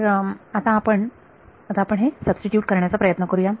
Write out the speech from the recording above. तर आता आपण आता आपण हे सबस्टीट्यूट करण्याचा प्रयत्न करूया